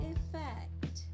Effect